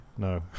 No